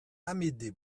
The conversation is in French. amédée